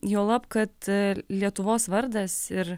juolab kad lietuvos vardas ir